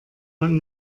man